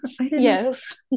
Yes